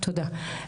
תודה.